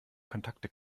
kontakte